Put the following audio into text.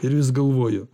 ir vis galvoju